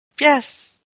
yes